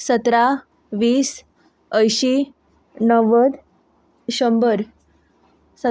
सतरा वीस अंयशीं णव्वद शंबर स